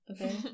okay